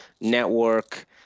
network